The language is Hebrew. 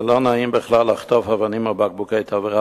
זה לא נעים בכלל לחטוף אבנים או בקבוקי תבערה,